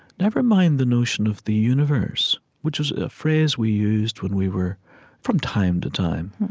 never mind the notion of the universe, which is a phrase we used when we were from time to time.